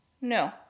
No